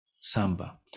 Samba